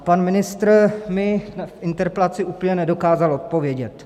Pan ministr mi v interpelaci úplně nedokázal odpovědět.